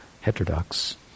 heterodox